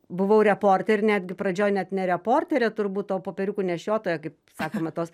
buvau reporter netgi pradžioj net ne reporterė turbūt to popieriukų nešiotoja kaip sakoma tos